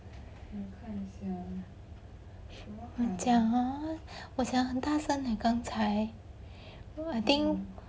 我讲 hor 我讲很大声叻刚才 I think